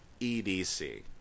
EDC